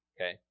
Okay